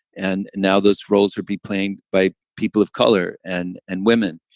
and now those roles will be played by people of color and and women.